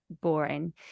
boring